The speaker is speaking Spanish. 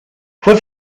fue